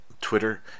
Twitter